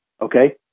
Okay